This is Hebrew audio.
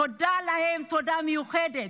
תודה להם, תודה מיוחדת.